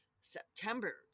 September